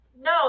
No